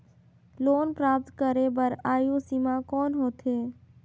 Loan प्राप्त करे बर आयु सीमा कौन होथे?